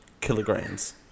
kilograms